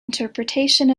interpretation